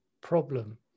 problem